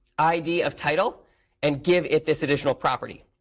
id of title and give it this additional property.